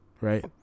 right